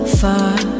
far